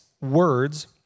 words